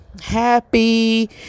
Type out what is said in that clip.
happy